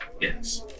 Yes